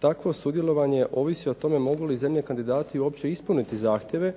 tako sudjelovanje ovisi o tome mogu li zemlje kandidati uopće ispuniti zahtjeve